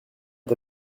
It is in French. est